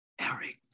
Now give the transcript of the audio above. Eric